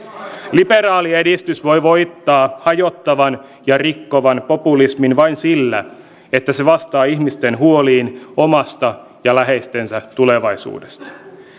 liberaali edistys voi voittaa hajottavan ja rikkovan populismin vain sillä että se vastaa ihmisten huoliin omasta ja läheistensä tulevaisuudesta